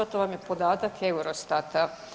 To vam je podatak eurostata.